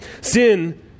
Sin